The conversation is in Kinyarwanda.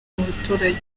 abaturage